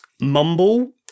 Mumble